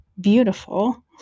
beautiful